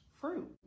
fruit